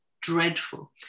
dreadful